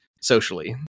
socially